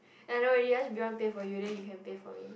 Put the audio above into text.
I know already ask Riwan to pay for you then you can pay for me